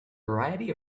variety